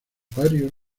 varios